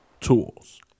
tools